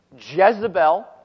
Jezebel